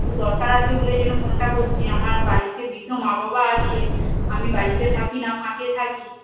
একটু দরকার আছে বলে ওই জন্য ফোনটা করছি আমার বাড়িতে বৃদ্ধ মা বাবা আছে আমি বাড়িতে থাকি না ফাঁকে থাকি